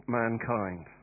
mankind